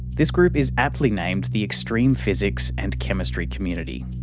this group is aptly named the extreme physics and chemistry community.